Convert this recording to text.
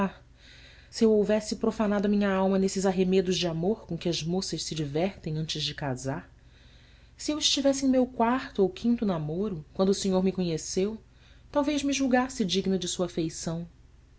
se eu houvesse profanado a minha alma nesses arremedos de amor com que as moças se divertem antes de casar se eu estivesse em meu quarto ou quinto namoro quando o senhor me conheceu talvez me julgasse digna de sua afeição